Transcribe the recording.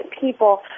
people